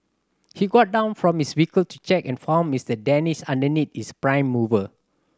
he got down from his vehicle to check and found Mister Danish underneath his prime mover